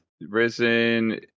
Risen